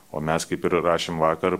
o mes kaip ir rašėm vakar